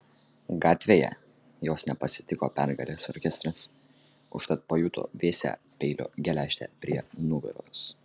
gatvėje jos nepasitiko pergalės orkestras užtat pajuto vėsią peilio geležtę prie nugaros